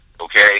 okay